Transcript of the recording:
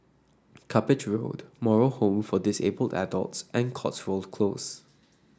Cuppage Road Moral Home for Disabled Adults and Cotswold Close